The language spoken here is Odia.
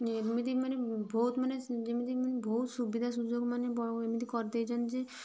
ଏମିତି ମାନେ ବହୁତ ମାନେ ଯେମିତି ମାନେ ବହୁତ ସୁବିଧା ସୁଯୋଗ ମାନେ ଏମିତି କରିଦେଇଛନ୍ତି ଯେ